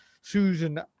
Susan